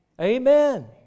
Amen